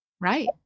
right